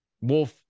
Wolf